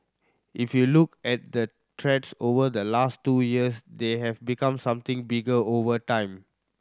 if you look at the threats over the last two years they have become something bigger over time